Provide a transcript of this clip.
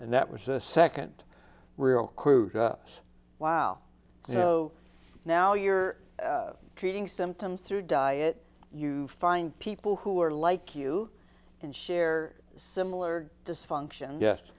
and that was a second real cruise wow so now you're treating symptoms through diet you find people who are like you and share similar dysfunction g